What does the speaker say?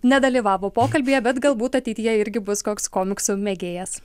nedalyvavo pokalbyje bet galbūt ateityje irgi bus koks komiksų mėgėjas